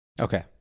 Okay